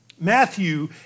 Matthew